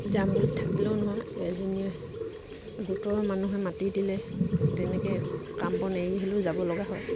যাম বুলি থাকিলেও নহয় এজনীয়ে গোটৰ মানুহে মাতি দিলে তেনেকৈ কাম বন এৰি হ'লেও যাব লগা হয়